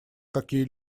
какие